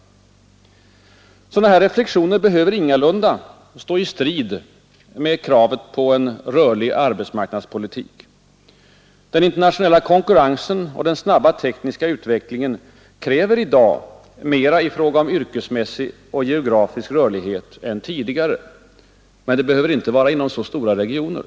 Sådana reflexioner behöver ingalunda stå i strid mot kravet på en rörlig arbetsmarknadspolitik. Den internationella konkurrensen och den snabba tekniska utvecklingen kräver i dag mera i fråga om yrkesmässig och geografisk rörlighet än tidigare, men denna behöver inte gälla så stora regioner.